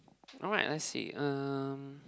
alright let's see um